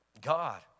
God